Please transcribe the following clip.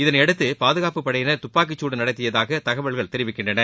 இதனையடுத்து பாதுகாப்பு படையினர் துப்பாக்கி சூடு நடத்தியதாக தகவல்கள் தெரிவிக்கின்றன